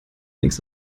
nix